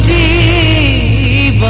a